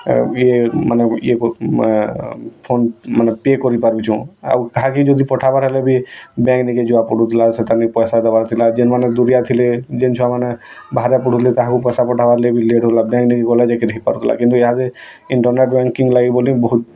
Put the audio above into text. ଇ ମାନେ ଫୋନ୍ ମାନେ ପେ' କରି ପାରୁଛୁ ଆଉ କାହାକେ ଯଦି ପଠାବାର୍ ହେଲେ ବି ବ୍ୟାଙ୍କ୍ନିକେ ଯିବାକୁ ପଡ଼ୁଥିଲା ସେତାନି ପଏସା ଦେବାର୍ ଥିଲା ଜେନ୍ମାନେ ଦୂରିଆ ଥିଲେ ଯେନ୍ ଛୁଆମାନେ ବାହାରେ ପଢ଼ୁଥିଲେ ତାହାକୁ ପଇସା ପଠାବାର୍ ଲାଗି ଲେଟ୍ ହେଉଥିଲା ବ୍ୟାଙ୍କ୍ ନିକେ ଗଲେ ଯାଇ ହେଇପାରୁଥିଲା କିନ୍ତୁ ଇହାଦେ ଇଣ୍ଟର୍ନେଟ୍ ବେଙ୍କ୍କିଙ୍ଗ୍ ଲାଗି ବୋଲି ବହୁତ୍